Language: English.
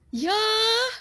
ya